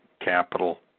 capital